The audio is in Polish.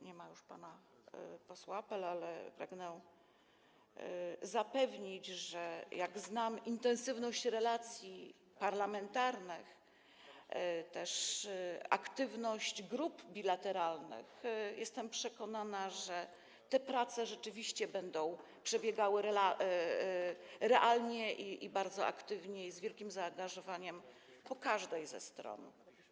Nie ma już pana posła Apela, ale pragnę zapewnić, że - jak znam intensywność relacji parlamentarnych, jak też aktywność grup bilateralnych - jestem przekonana, że te prace rzeczywiście będą przebiegały realnie i bardzo aktywnie, i z wielkim zaangażowaniem każdej ze stron.